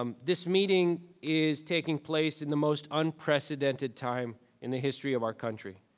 um this meeting is taking place in the most unprecedented time in the history of our country.